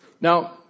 Now